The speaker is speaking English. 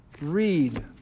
read